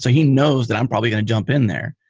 so he knows that i'm probably going to jump in there,